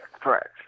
correct